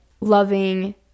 loving